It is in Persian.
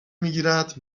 میگیرد